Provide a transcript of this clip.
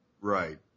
Right